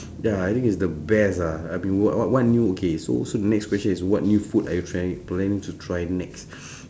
ya I think is the best ah I've been what what what new okay so so the next question is what new food are you trying planning to try next